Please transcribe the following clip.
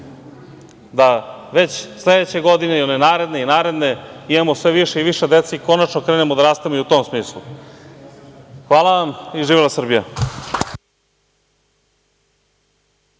da već sledeće godine i one naredne i naredne imamo sve više i više dece i konačno krenemo da rastemo i u tom smislu. Hvala vam. Živela Srbija!